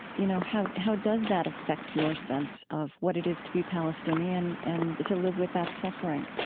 you know, how how does that affect your sense of what it is to be palestinian and to live with that suffering?